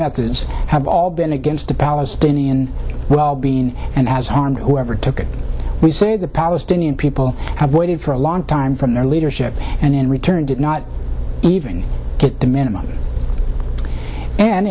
methods have all been against the palestinian well being and has harmed whoever took it we say the palestinian people have waited for a long time from their leadership and in return did not even get the minimum